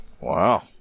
Wow